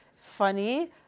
funny